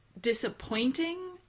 disappointing